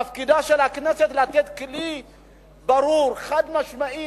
תפקידה של הכנסת לתת כלי ברור, חד-משמעי,